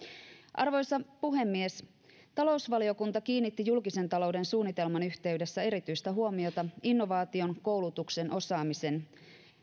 arvoisa puhemies talousvaliokunta kiinnitti julkisen talouden suunnitelman yhteydessä erityistä huomiota innovaatioiden koulutuksen